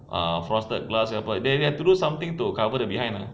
ah frosted glass ke apa they have to do something to cover the behind ah